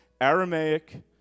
Aramaic